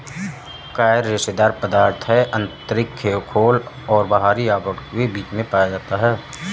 coir रेशेदार पदार्थ है आंतरिक खोल और बाहरी आवरण के बीच पाया जाता है